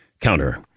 counter